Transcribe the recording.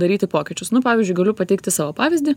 daryti pokyčius nu pavyzdžiui galiu pateikti savo pavyzdį